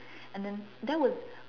and then that was